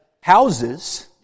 houses